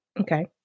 Okay